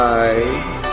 Bye